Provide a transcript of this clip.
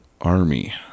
Army